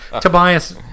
tobias